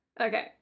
okay